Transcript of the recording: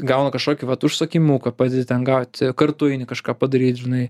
gauna kažkokį vat užsakymuką padedi ten gauti kartu eini kažką padaryt žinai